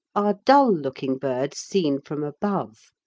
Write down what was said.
are dull-looking birds seen from above,